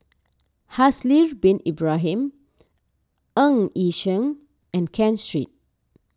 Haslir Bin Ibrahim Ng Yi Sheng and Ken Street